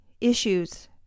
issues